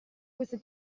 questo